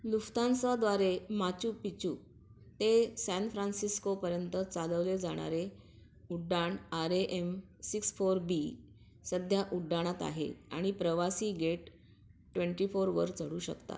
लुफ्तांसाद्वारे Machu Picchu ते San फ्रान्सिस्कोपर्यंत चालवले जाणारे उड्डाण R A M six four B सध्या उड्डाणात आहे आणि प्रवासी गेट ट्वेंटीफोरवर चढू शकतात